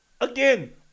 Again